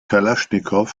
kalaschnikow